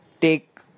take